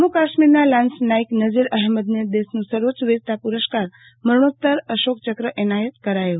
જમ્મુ કાશ્મીરના લાન્સ નાઇક નઝીર અહમદને દેશનો સર્વોચ્ચ વીરતા પુરસ્કાર મરણોત્તર અશોક ચક્ર એનાયત કરાયો